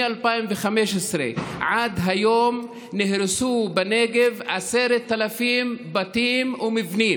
מ-2015 עד היום, נהרסו בנגב 10,000 בתים ומבנים.